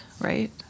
right